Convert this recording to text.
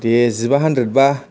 दे जिबा हानद्रेद बा